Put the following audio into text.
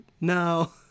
no